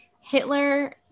Hitler